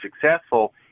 successful